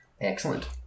Excellent